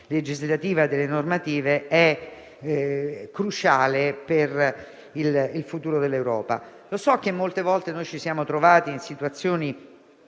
legislativo, delle normative, è cruciale per il futuro dell'Europa. So che molte volte ci siamo trovati in situazioni